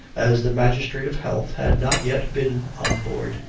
as the magistrate of health had not yet been on board.